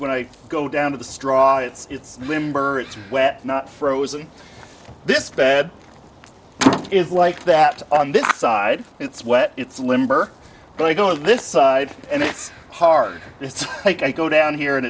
when i go down to the straw it's limber it's wet not frozen this bad is like that on this side it's wet it's limber but i go in this side and it's hard it's like i go down here and